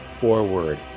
forward